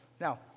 Now